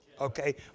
okay